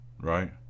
right